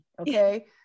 okay